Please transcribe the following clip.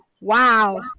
Wow